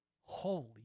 holy